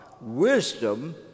Wisdom